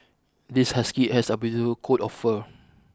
this husky has a beautiful coat of fur